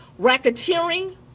racketeering